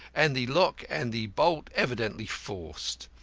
and the lock and the bolt evidently forced.